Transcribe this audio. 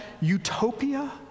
utopia